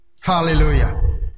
Hallelujah